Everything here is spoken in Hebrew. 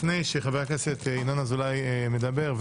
לפני כן, אנחנו